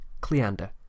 Cleander